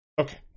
Okay